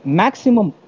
maximum